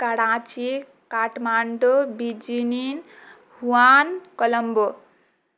Karachi Kathmandu Beijing Hunan Colombo